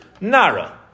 Nara